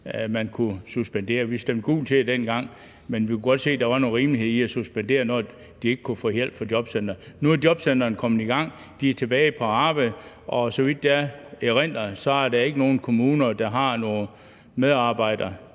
at man kunne suspendere. Vi stemte gult til det dengang, men vi kunne godt se, at der var noget rimelighed i at suspendere det, når de ikke kunne få hjælp fra jobcentrene. Nu er jobcentrene kommet i gang, de er tilbage på arbejde, og så vidt jeg erindrer, er der ikke nogen kommuner, der har nogle medarbejdere,